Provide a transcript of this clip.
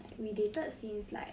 we dated since like